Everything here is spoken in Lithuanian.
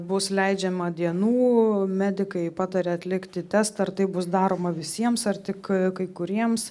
bus leidžiama dienų medikai pataria atlikti testą ar taip bus daroma visiems ar tik kai kuriems